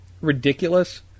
ridiculous